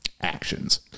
actions